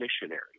missionary